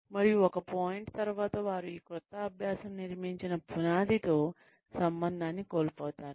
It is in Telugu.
మరియు ఒక పాయింట్ తరువాత వారు ఈ క్రొత్త అభ్యాసం నిర్మించిన పునాదితో సంబంధాన్ని కోల్పోతారు